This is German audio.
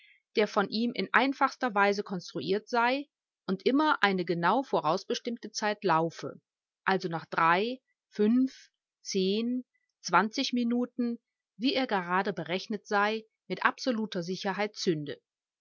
der von ihm in einfachster weise konstruiert sei und immer eine genau vorausbestimmte zeit laufe also noch drei minuten wie er gerade berechnet sei mit absoluter sicherheit zünde